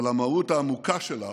אבל המהות העמוקה שלה